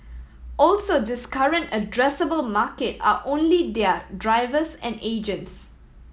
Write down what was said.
also this current addressable market are only their drivers and agents